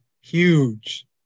Huge